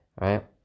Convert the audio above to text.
right